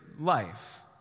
life